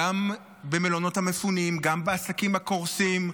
גם במלונות המפונים, גם בעסקים הקורסים.